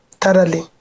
thoroughly